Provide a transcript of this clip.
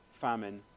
famine